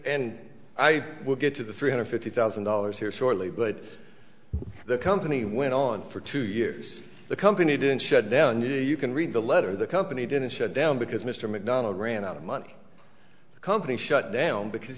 and i will get to the three hundred fifty thousand dollars here shortly but the company went on for two years the company didn't shut down you know you can read the letter the company didn't shut down because mr mcdonald ran out of money the company shut down because